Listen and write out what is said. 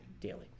Daily